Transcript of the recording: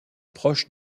proche